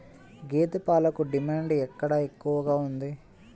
గేదె పాలకు డిమాండ్ ఎక్కడ ఎక్కువగా ఉంది?